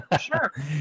Sure